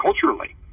culturally